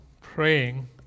praying